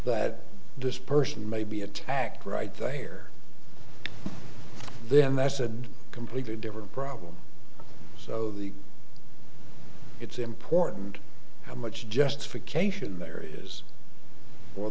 that dispersant may be attacked right there then that's a completely different problem so that it's important how much justification there is for